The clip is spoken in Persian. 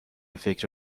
فکر